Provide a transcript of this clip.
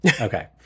okay